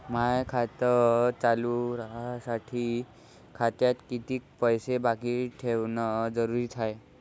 माय खातं चालू राहासाठी खात्यात कितीक पैसे बाकी ठेवणं जरुरीच हाय?